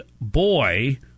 boy